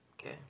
Okay